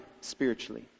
spiritually